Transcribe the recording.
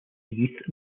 youth